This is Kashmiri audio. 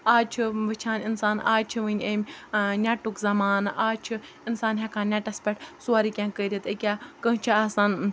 اَز چھُ وٕچھان اِنسان اَز چھِ وۄنۍ أمۍ نٮ۪ٹُک زمانہٕ اَز چھِ اِنسان ہٮ۪کان نٮ۪ٹَس پٮ۪ٹھ سورُے کینٛہہ کٔرِتھ أکیٛاہ کٲنٛسہِ چھِ آسان